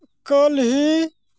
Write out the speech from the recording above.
ᱠᱟᱹᱞᱦᱤ